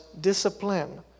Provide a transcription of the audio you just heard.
discipline